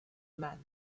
man